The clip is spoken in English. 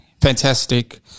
Fantastic